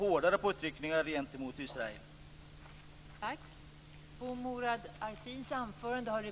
Detta är en grov kränkning av de mänskliga rättigheterna.